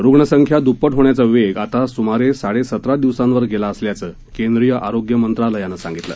रुग्णसंख्या दुप्पट होण्याचा वेग आता सुमारे साडे सतरा दिवसांवर गेला असल्याचं केंद्रीय आरोग्य मंत्रालयानं सांगितलं